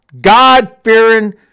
God-fearing